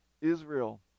Israel